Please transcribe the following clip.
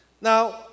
Now